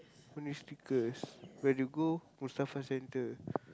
only Snickers when you go Mustafa-Centre